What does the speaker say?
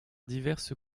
diverses